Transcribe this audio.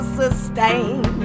sustain